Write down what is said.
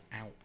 Out